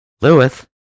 Lewis